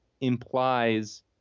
implies